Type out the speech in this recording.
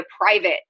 private